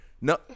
No